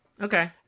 Okay